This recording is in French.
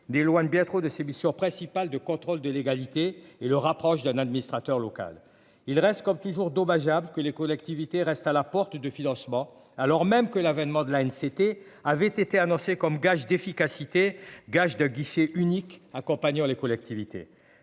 lois n'bien trop de civils. Sur principal de contrôle de légalité et le rapproche d'un administrateur local il reste comme toujours dommageable que les collectivités restent à la porte de financement, alors même que l'avènement de la haine c'était. Avait été annoncé comme gage d'efficacité. Gage de guichet unique accompagnant les collectivités